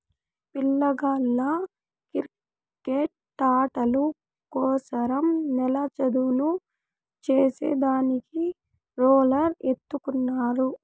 పిల్లగాళ్ళ కిరికెట్టాటల కోసరం నేల చదును చేసే దానికి రోలర్ ఎత్తుకున్నారు